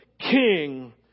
king